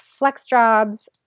FlexJobs